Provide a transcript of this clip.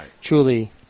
truly